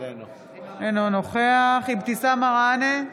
אינו נוכח אבתיסאם מראענה,